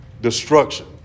destruction